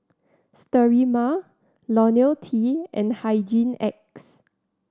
Sterimar Lonil T and Hygin X